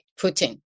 Putin